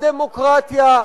מחוסלת דמוקרטיה.